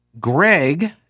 Greg